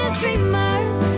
dreamers